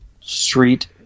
Street